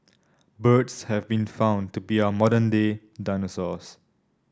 birds have been found to be our modern day dinosaurs